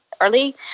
Early